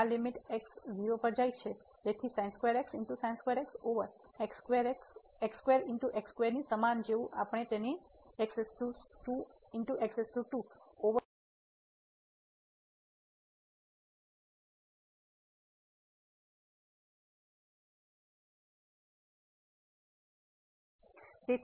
અને આપણે એક મિનિટમાં જોઈશું કે આ બંને લીમીટ એક સમાન ફેશનમાં હેન્ડલ કરી શકાય છે